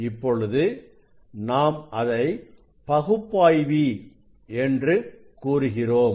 இப்பொழுது நாம் அதை பகுப்பாய்வி என்று கூறுகிறோம்